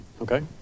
Okay